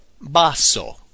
Basso